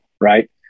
Right